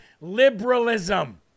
liberalism